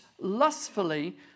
lustfully